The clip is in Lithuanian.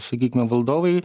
sakykime valdovai